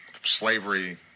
slavery